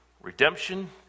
redemption